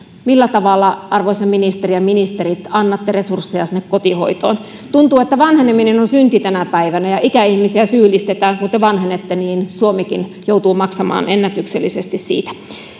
millä tavalla arvoisa ministeri ja ministerit annatte resursseja sinne kotihoitoon tuntuu että vanheneminen on synti tänä päivänä ja ikäihmisiä syyllistetään kun te vanhenette niin suomikin joutuu maksamaan ennätyksellisesti siitä